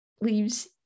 leaves